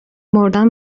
مردن